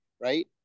right